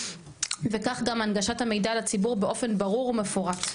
וכך גם הנגשת המידע לציבור באופן ברור ומפורט.